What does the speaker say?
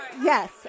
Yes